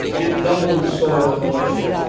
it doubles soil moisture.